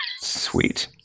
Sweet